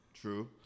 true